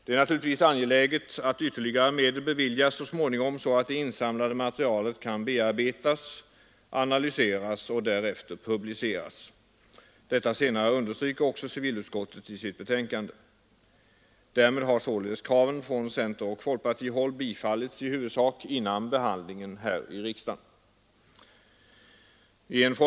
Det är naturligtvis angeläget att ytterligare medel så småningom beviljas, så att det insamlade materialet kan bearbetas, analyseras och därefter publiceras. Det senare understryker också civilutskottet i sitt betänkande. Därmed har således centeroch folkpartimotionerna i huvudsak bifallits före behandlingen här i kammaren.